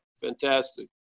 Fantastic